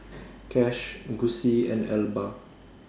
Cash Gussie and Elba